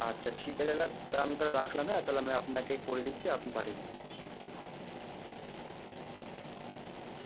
আচ্ছা ঠিক আছে দাদা তা আমি তাহলে রাখলাম হ্যাঁ তাহলে আমি আপনাকে করে দিচ্ছি আপনি পাঠিয়ে দেন